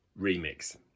remix